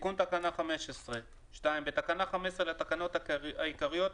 תיקון תקנה 15 בתקנה 15 לתקנות העיקריות,